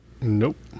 Nope